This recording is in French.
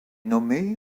nommée